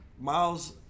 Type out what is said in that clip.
Miles